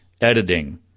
editing